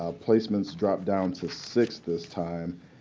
placements dropped down to six this time.